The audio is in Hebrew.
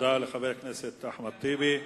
תודה לחבר הכנסת אחמד טיבי.